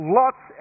lots